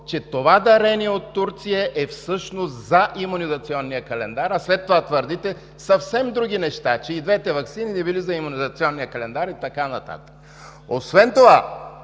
че това дарение от Турция е всъщност за Имунизационния календар, а след това твърдите съвсем други неща – че и двете ваксини не били за Имунизационния календар и така нататък. Освен това